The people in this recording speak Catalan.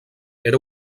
era